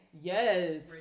Yes